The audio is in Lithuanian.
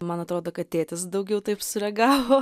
man atrodo kad tėtis daugiau taip sureagavo